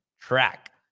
track